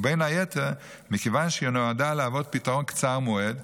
ובין היתר מכיוון שהיא נועדה להוות פתרון קצר מועד,